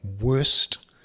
worst